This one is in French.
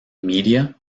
media